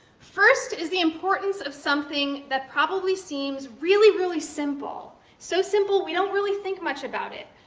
first is the importance of something that probably seems really, really simple, so simple we don't really think much about it,